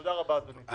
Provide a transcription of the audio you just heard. תודה רבה, אדוני.